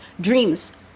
dreams